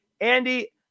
Andy